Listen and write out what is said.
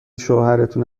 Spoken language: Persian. شوهرتون